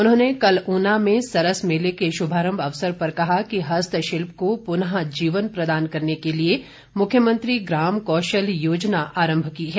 उन्होंने कल ऊना में सरस मेले के शुभारम्भ अवसर पर कहा कि हस्तशिल्प को पुनः जीवन प्रदान करने के लिए मुख्यमंत्री ग्राम कौशल योजना आरम्भ की है